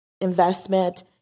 investment